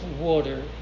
water